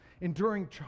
Enduring